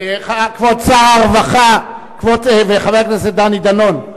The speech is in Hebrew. כבוד שר הרווחה וחבר הכנסת דני דנון.